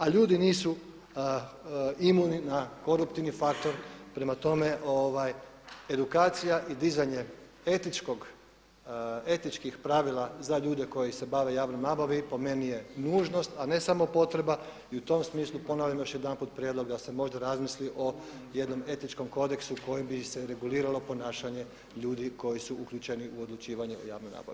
A ljudi nisu imuni na koruptivni faktor, prema tome edukacija i dizanje etičkih pravila za ljude koji se bave javnom nabavom po meni je nužnost a ne samo potreba i u tom smislu ponavljam još jedanput prijedlog da se možda razmisli o jednom Etičkom kodeksu kojim bi se reguliralo ponašanje ljudi koji su uključeni u odlučivanje o javnoj nabavi.